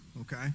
okay